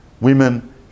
women